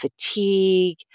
fatigue